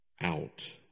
out